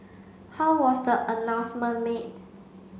how was the announcement made